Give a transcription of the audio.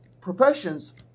professions